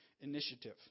initiative